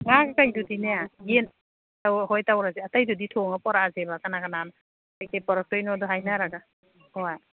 ꯉꯥ ꯀꯩꯀꯩꯗꯨꯗꯤꯅꯦ ꯌꯦꯟ ꯑꯣ ꯍꯣꯏ ꯇꯧꯔꯁꯦ ꯑꯇꯩꯗꯨꯗꯤ ꯊꯣꯡꯉ ꯄꯨꯔꯛꯑꯁꯦꯕ ꯀꯅꯥ ꯀꯅꯥ ꯀꯔꯤ ꯀꯔꯤ ꯄꯣꯔꯛꯇꯣꯏꯅꯣꯗꯣ ꯍꯥꯏꯅꯔꯒ ꯍꯣꯏ